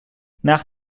nach